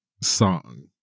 song